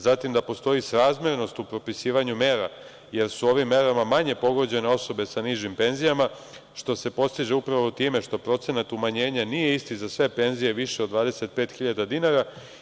Zatim, da postoji srazmernost u propisivanju mera jer su ovim merama manje pogođene osobe sa nižim penzijama, što se postiže upravo time što procenat umanjenja nije isti za sve penzije više od 25.000 dinara.